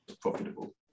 profitable